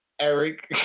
Eric